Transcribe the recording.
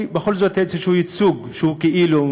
כי בכל זאת איזשהו ייצוג שהוא כאילו,